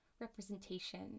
representation